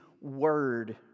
word